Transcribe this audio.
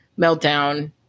meltdown